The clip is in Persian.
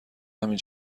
همین